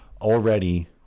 already